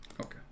Okay